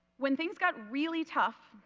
when things got really tough,